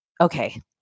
okay